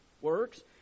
works